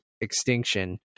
Extinction